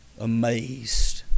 amazed